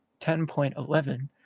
10.11